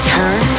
Turn